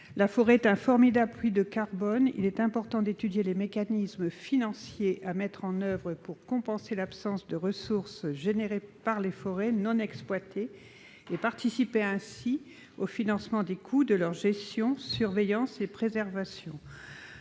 La forêt est un formidable puits de carbone. Il est important d'étudier les mécanismes financiers à mettre en oeuvre pour compenser l'absence de ressources quand les forêts ne sont pas exploitées et participer ainsi au financement des coûts de leur gestion, de leur surveillance et de leur préservation.